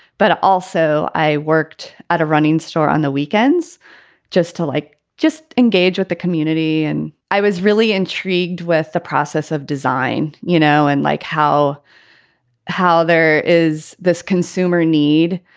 but also i worked at a running store on the weekends just to like just engage with the community. and i was really intrigued with the process of design, you know, and like how how there is this consumer need.